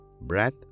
breath